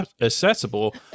accessible